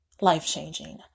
life-changing